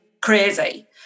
crazy